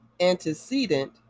antecedent